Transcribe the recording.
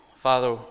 Father